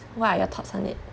what are your thoughts on it